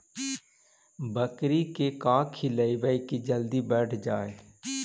बकरी के का खिलैबै कि जल्दी बढ़ जाए?